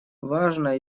важно